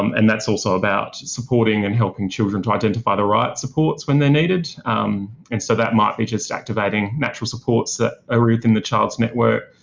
um and that's also about supporting and helping children to identify the right supports when they need it and so that might be just activating natural supports that are within the child's network,